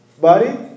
body